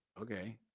Okay